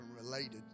related